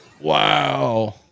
Wow